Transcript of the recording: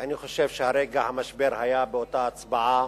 אני חושב שרגע המשבר היה באותה הצבעה